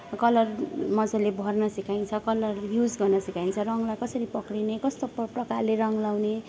colour मज्जाले भर्न सिकाइन्छ कलर युज गर्न सिकाइन्छ रङलाई कसरी पक्रिने कस्तो प्रकारले रङ लाउने